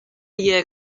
year